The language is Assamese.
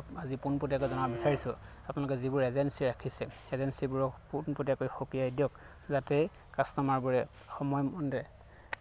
আপ আজি পোনপটীয়াকৈ জনাব বিচাৰিছোঁ আপোনালোকে যিবোৰ এজেঞ্চী ৰাখিছে এজেঞ্চীবোৰক পোনপটীয়াকৈ সকীয়াই দিয়ক যাতে কাষ্টমাৰবোৰে সময়মতে